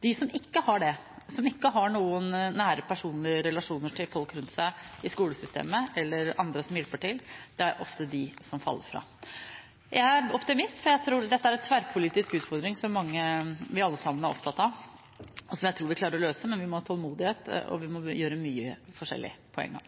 De som ikke har det, som ikke har noen nære personlige relasjoner til folk rundt seg i skolesystemet, eller andre som hjelper til, er ofte de som faller fra. Jeg er optimist, for dette er en tverrpolitisk utfordring som vi alle sammen er opptatt av, og som jeg tror vi vil klare å løse. Men vi må ha tålmodighet, og vi må gjøre mye